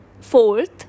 Fourth